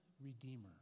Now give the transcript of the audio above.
redeemer